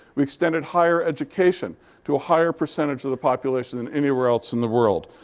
we extended higher education to a higher percentage of the population than anywhere else in the world.